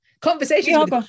Conversations